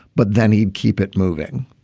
but then he'd keep it moving.